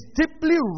deeply